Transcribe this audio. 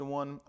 one